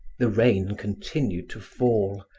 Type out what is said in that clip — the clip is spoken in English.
the rain continued to fall.